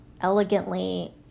elegantly